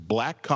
Black